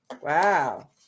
Wow